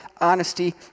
honesty